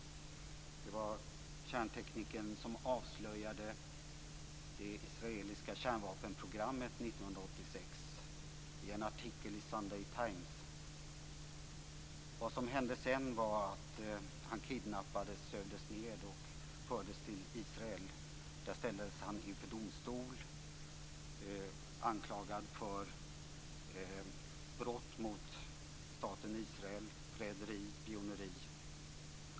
Det var han som avslöjade det israeliska kärnvapenprogrammet 1986 i en artikel i Sunday Times. Vad som hände sedan var att han kidnappades, sövdes ned och fördes till Israel. Där ställdes han inför domstol anklagad för brott mot staten Israel, förräderi och spioneri.